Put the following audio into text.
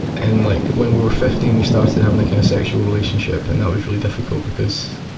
and like when we were fifteen we started having a kind of sexual relationship, and that was really difficult because,